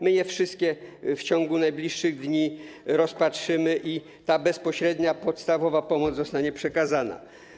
My je wszystkie w ciągu najbliższych dni rozpatrzymy i ta bezpośrednia, podstawowa pomoc zostanie przekazana.